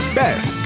best